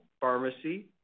pharmacy